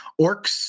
Orcs